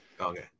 Okay